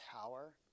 power